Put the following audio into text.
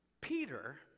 Peter